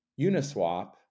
Uniswap